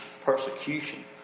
persecution